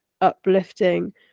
uplifting